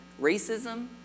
racism